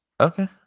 Okay